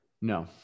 No